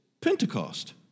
Pentecost